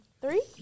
Three